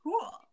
cool